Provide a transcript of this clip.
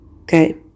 Okay